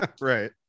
Right